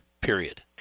period